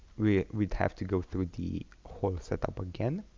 we would have to go through the whole setup again